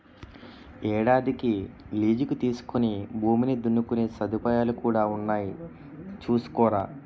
ఏడాదికి లీజుకి తీసుకుని భూమిని దున్నుకునే సదుపాయాలు కూడా ఉన్నాయి చూసుకోరా